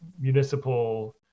municipal